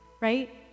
Right